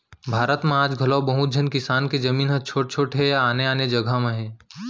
भारत म आज घलौ बहुत झन किसान के जमीन ह छोट छोट हे या आने आने जघा म हे